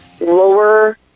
lower